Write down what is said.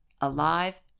alive